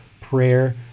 prayer